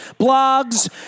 blogs